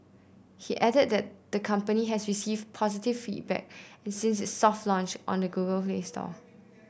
he added that the company has received positive feedback since its soft launch on the Google Play Store